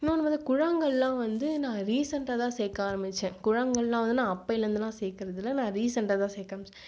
இன்னொன்று வந்து கூழாங்கல் எல்லாம் வந்து நான் ரீசன்ட்டாக தான் சேர்க்க ஆரம்பித்தேன் கூழாங்கல் எல்லாம் வந்து நான் அப்போதில் இருந்து எல்லாம் சேர்க்கிறது இல்லை நான் ரீசன்ட்டாக தான் சேர்க்க ஆரம்பித்தேன்